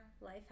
Life